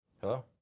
Hello